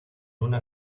una